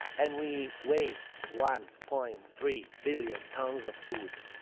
and we waste one point three billion tons of food.